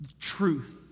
truth